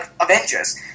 Avengers